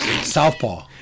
Southpaw